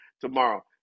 tomorrow